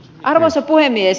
arvoisa puhemies